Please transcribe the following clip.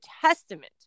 testament